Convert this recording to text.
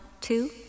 two